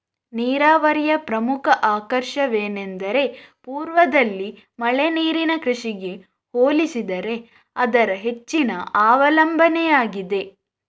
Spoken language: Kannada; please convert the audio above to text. ನೀರಾವರಿಯ ಪ್ರಮುಖ ಆಕರ್ಷಣೆಯೆಂದರೆ ಪೂರ್ವದಲ್ಲಿ ಮಳೆ ನೀರಿನ ಕೃಷಿಗೆ ಹೋಲಿಸಿದರೆ ಅದರ ಹೆಚ್ಚಿದ ಅವಲಂಬನೆಯಾಗಿದೆ